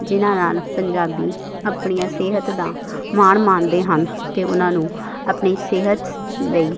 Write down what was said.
ਜਿਨ੍ਹਾਂ ਨਾਲ ਪੰਜਾਬੀ ਆਪਣੀਆਂ ਸਿਹਤ ਦਾ ਮਾਣ ਮਾਣਦੇ ਹਨ ਅਤੇ ਉਹਨਾਂ ਨੂੰ ਆਪਣੀ ਸਿਹਤ ਲਈ